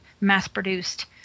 mass-produced